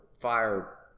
fire